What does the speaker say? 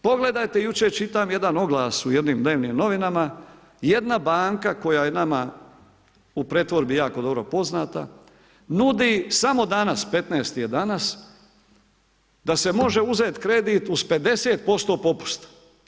Pogledajte jučer čitam jedan oglas u jednim dnevnim novinama, jedna banka koja je nama u pretvorbi jako dobro poznata, nudi samo danas, 15.-ti je danas da se može uzeti kredit uz 50% popusta.